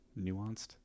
Nuanced